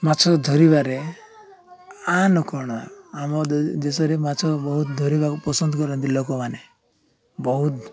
ମାଛ ଧରିବାରେ ଆନ କ'ଣ ଆମ ଦେଶରେ ମାଛ ବହୁତ ଧରିବାକୁ ପସନ୍ଦ କରନ୍ତି ଲୋକମାନେ ବହୁତ